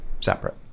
separate